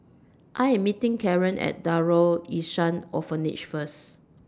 I Am meeting Karen At Darul Ihsan Orphanage First